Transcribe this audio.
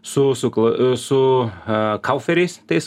su sukla e su e kauferiais tais